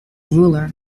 ruler